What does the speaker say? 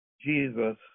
Jesus